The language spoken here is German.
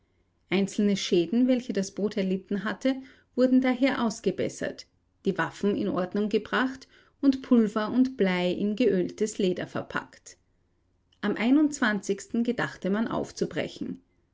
einzelne schäden welche das boot erlitten hatte wurden daher ausgebessert die waffen in ordnung gebracht und pulver und blei in geöltes leder verpackt am gedachte man aufzubrechen